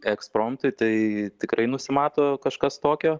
ekspromtui tai tikrai nusimato kažkas tokio